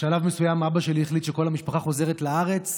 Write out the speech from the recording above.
בשלב מסוים אבא שלי החליט שכל המשפחה חוזרת לארץ.